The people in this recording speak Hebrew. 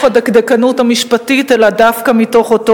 הדקדקנות המשפטית אלא דווקא מתוך אותו